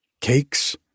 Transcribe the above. cakes